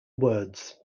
words